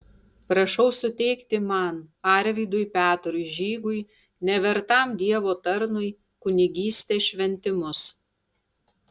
prašau suteikti man arvydui petrui žygui nevertam dievo tarnui kunigystės šventimus